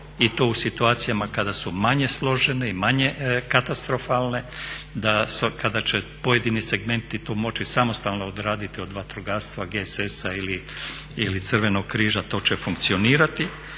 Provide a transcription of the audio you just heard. i to u situacijama kada su manje složene, i manje katastrofalne da kada će pojedini segmenti tu moći samostalno odraditi od vatrogastva, GSS-a ili Crvenog križa, to će funkcionirati.